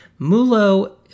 MULO